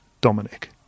Dominic